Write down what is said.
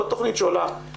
לא תכנית שעולה,